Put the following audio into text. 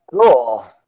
cool